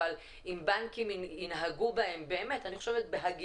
אבל אם בנקים ינהגו בהם בהגינות,